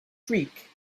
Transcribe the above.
streak